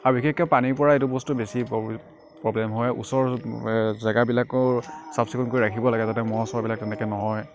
আৰু বিশেষকে পানীৰ পৰা এইটো বস্তু বেছি প্ৰ'ব্লেম প্ৰ'ব্লেম হয় ওচৰৰ জেগাবিলাকো চাফ চিকুণ কৰি ৰাখিব লাগে যাতে মহ চহবিলাক তেনেকে নহয়